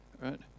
right